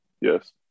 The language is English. Yes